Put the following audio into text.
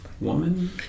woman